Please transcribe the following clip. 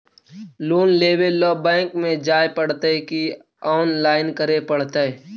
Loan लेवे ल bank में जाय पड़तै कि औनलाइन करे पड़तै?